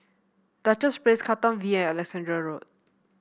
Duchess Place Katong V and Alexandra Road